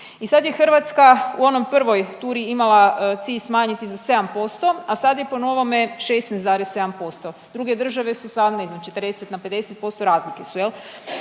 i sad je Hrvatska u onoj prvoj turi imala cilj smanjiti za 7%, a sad je po novome 16,7%, druge države su …/Govornik se ne razumije./… 40 na 50% razlike su jel.